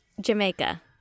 jamaica